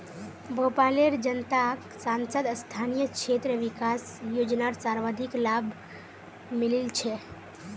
भोपालेर जनताक सांसद स्थानीय क्षेत्र विकास योजनार सर्वाधिक लाभ मिलील छ